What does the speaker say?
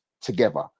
together